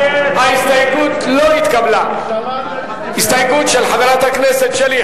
מי בעד ההסתייגות של חבר הכנסת טיבייב?